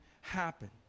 happen